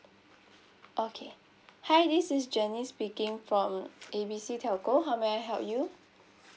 okay hi this is janice speaking from A B C telco how may I help you